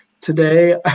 today